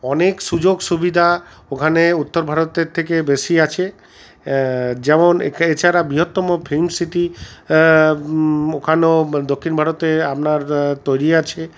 অনেক সুযোগ সুবিধা ওখানে উত্তর ভারতের থেকে বেশি আছে যেমন এছাড়া বৃহত্তম ফিল্ম সিটি ওখানেও দক্ষিণ ভারতে আপনার তৈরি আছি